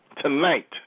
tonight